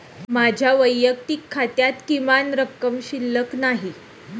माझ्या वैयक्तिक खात्यात किमान रक्कम शिल्लक नाही